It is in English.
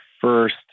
first